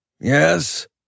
Yes